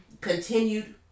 continued